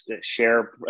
share